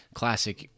classic